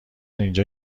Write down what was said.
اینجا